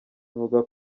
ivuga